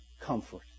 comfort